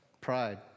pride